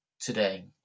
today